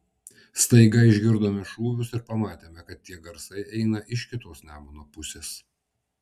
staiga išgirdome šūvius ir pamatėme kad tie garsai eina iš kitos nemuno pusės